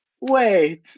Wait